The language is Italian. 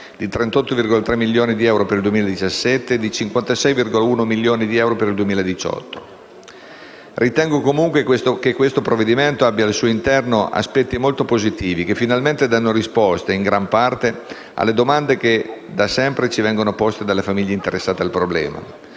di 38,3 milioni di euro per il 2017 e di 56,1 milioni di euro per il 2018. Ritengo comunque che il provvedimento in esame abbia al suo interno aspetti molto positivi che finalmente danno risposte - in gran parte - alle domande che da sempre ci vengono poste dalle famiglie interessate al problema: